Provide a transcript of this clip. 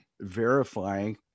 verifying